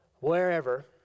wherever